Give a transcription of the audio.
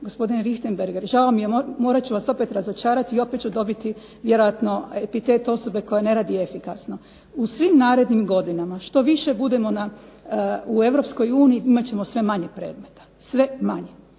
gospodine Richembergh, žao mi je morat ću vas opet razočarati i opet ću dobiti vjerojatno epitet osobe koja ne radi efikasno. U svim narednim godinama što više budemo u Europskoj uniji imat ćemo sve manje predmeta, sve manje.